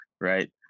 right